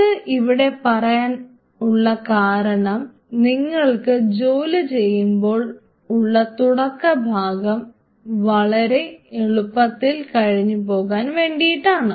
ഇത് ഇവിടെ പറയാൻ ഉള്ള കാരണം നിങ്ങൾക്ക് ജോലി ചെയ്യുമ്പോൾ ഉള്ള തുടക്ക ഭാഗം വളരെ എളുപ്പത്തിൽ കഴിഞ്ഞ് പോകാൻ വേണ്ടിയിട്ടാണ്